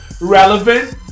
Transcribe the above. relevant